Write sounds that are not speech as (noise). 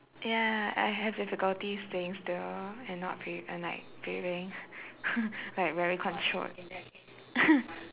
ya I have difficulties staying still and not breat~ and like breathing like very controlled (coughs)